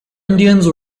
indians